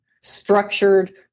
structured